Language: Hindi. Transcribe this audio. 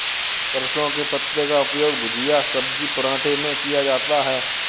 सरसों के पत्ते का उपयोग भुजिया सब्जी पराठे में किया जाता है